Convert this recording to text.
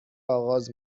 آغاز